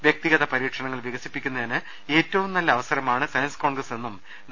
വ്യക്തിഗത പരീക്ഷണങ്ങൾ വികസിപ്പിക്കുന്നതിന് ഏറ്റവുംനല്ല അവസരമാണ് സയൻസ് കോൺഗ്രസ് എന്നും ഡോ